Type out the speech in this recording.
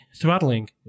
throttling